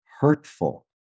hurtful